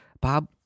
Bob